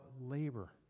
labor